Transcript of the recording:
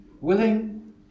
Willing